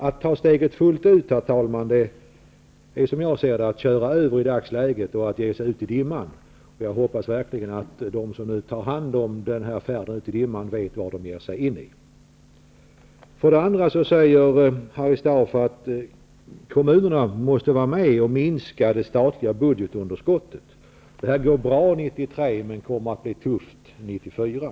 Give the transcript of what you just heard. Att ta steget fullt ut är som jag ser det i dagsläget att köra ut i dimman. Jag hoppas verkligen att de som nu ger sig ut på färd i dimman vet vad de ger sig in på. Harry Staaf säger att kommunerna måste vara med och minska det statliga budgetunderskottet. Det kommer att gå bra år 1993, men kommer att bli tufft år 1994.